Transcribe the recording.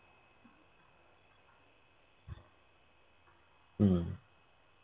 mm